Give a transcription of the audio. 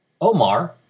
Omar